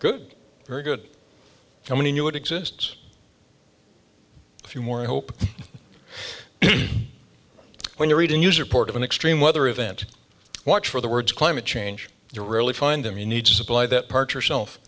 good very good how many knew it exists if you more i hope when you read a news report of an extreme weather event watch for the words climate change to really find them you need to supply that part yourself